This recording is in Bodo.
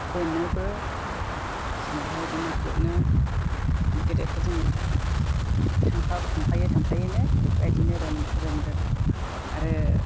बोनोबो समावहाय बेदिनो गुथनो गेदेरफोरजों थांफायै थांफायैनो बेफोरबायदिनो रोंदों आरो